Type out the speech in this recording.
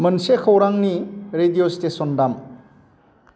मोनसे खौरांनि radio station दाम